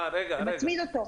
נצמיד אותו.